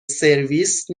سرویس